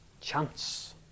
chance